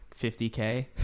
50k